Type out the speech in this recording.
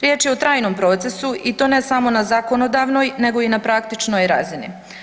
Riječ je o trajnom procesu i to ne samo na zakonodavnoj nego i na praktičnoj razini.